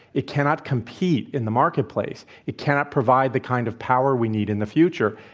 it cannot compete in the marketplace. it cannot provide the kind of power we need in the future.